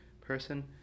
person